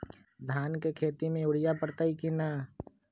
धान के खेती में यूरिया परतइ कि न?